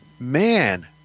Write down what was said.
man